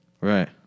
Right